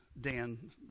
Dan